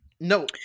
No